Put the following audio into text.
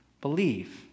believe